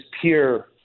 pure